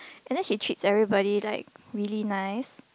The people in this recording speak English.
and then she treats everybody like really nice